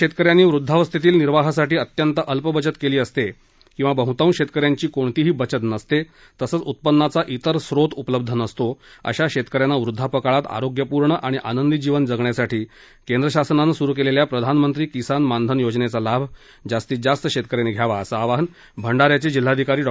ज्या शेतकऱ्यांनी वृध्दावस्थेतील निर्वाहासाठी अत्यंत अल्प बचत केली असते किंवा बह्तांश शेतकऱ्यांची कोणतीही बचत नसते तसेच उत्पन्नाचा इतर स्त्रोत उपलब्ध नसतो अशा शेतकऱ्यांना वृध्दापकाळात आरोग्यपूर्ण आणि आनंदी जीवन जगण्यासाठी शासनानं सुरु केलेल्या प्रधानमंत्री किसान मानधन योजनेचा लाभ जास्तीत जास्त शेतकऱ्यांनी घ्यावा असं आवाहन भंडा याचे जिल्हाधिकारी डॉ